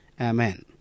Amen